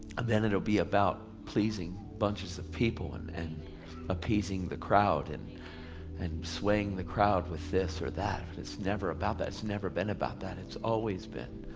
and then it will be about pleasing bunches of people and and appeasing the crowd, and and swaying the crowd with this or that it's never about that it's never been about that it's always been,